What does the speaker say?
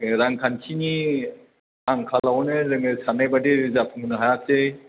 रांखान्थिनि आंखालावनो जोङो साननायबायदि जाफुंहोनो हायाखसै